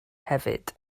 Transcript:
hefyd